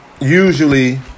usually